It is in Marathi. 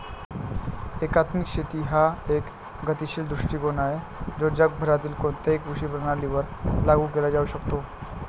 एकात्मिक शेती हा एक गतिशील दृष्टीकोन आहे जो जगभरातील कोणत्याही कृषी प्रणालीवर लागू केला जाऊ शकतो